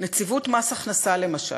נציבות מס הכנסה, למשל,